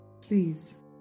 Please